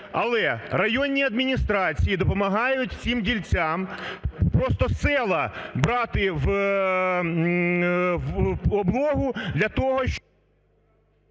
Але районні адміністрації допомагають всім дільцям просто села брати в облогу для того, щоб…